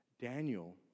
Daniel